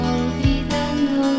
olvidando